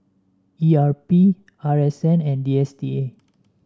E R P R S N and D S T A